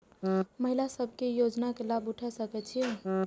महिला सब भी योजना के लाभ उठा सके छिईय?